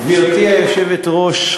גברתי היושבת-ראש,